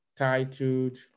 titled